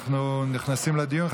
אנחנו נכנסים לדיון.